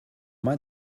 mein